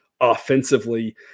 offensively